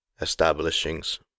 establishings